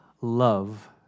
love